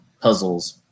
puzzles